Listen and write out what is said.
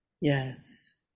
Yes